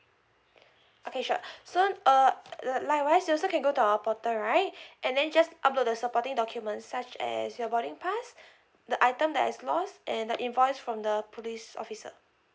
okay sure so uh likewise you also can go to our portal right and then just upload the supporting documents such as your boarding pass the item that has lost and the invoice from the police officer